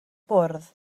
bwrdd